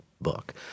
book